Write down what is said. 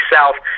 South